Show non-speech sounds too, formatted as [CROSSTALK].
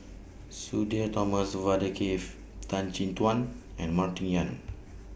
[NOISE] Sudhir Thomas Vadaketh Tan Chin Tuan and Martin Yan